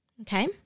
Okay